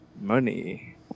money